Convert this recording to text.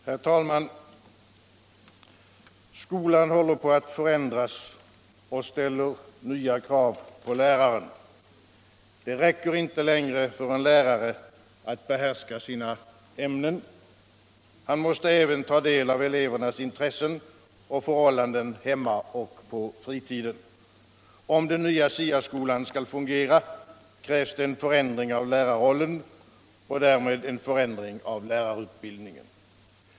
Herr talman! Skolan håller på att förändras och ställer nya krav på läraren. Det räcker inte längre för en lärare att behärska sina ämnen. Han måste även ta del av elevernas intressen och förhållanden hemma och på fritiden. Om den nya SIA-skolan skall fungera krävs förändringar av lärarrollen och därmed en förändring av lärarutbildningen.